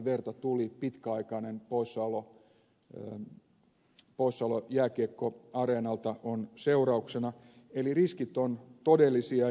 verta tuli pitkäaikainen poissaolo jääkiekkoareenalta on seurauksena eli riskit ovat todellisia